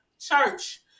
church